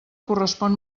correspon